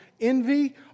envy